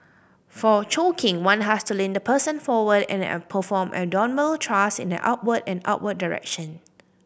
for choking one has to lean the person forward and a perform abdominal trust in an upward and upward direction